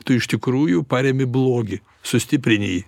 tu iš tikrųjų parėmi blogį sustiprini jį